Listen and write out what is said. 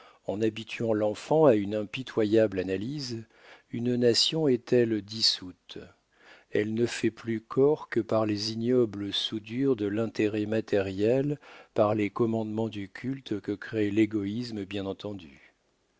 en habituant l'enfant à une impitoyable analyse une nation est-elle dissoute elle ne fait plus corps que par les ignobles soudures de l'intérêt matériel par les commandements du culte que crée l'égoïsme bien entendu